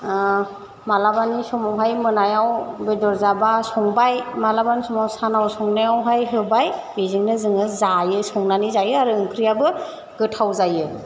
मालाबानि समावहाय मोनायाव बेदर जाबा संबाय मालाबानि समाव सानाव संनायावहाय होबाय बेजोंनो जोङो जायो संनानै जायो आरो ओंख्रियाबो गोथाव जायो